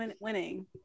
winning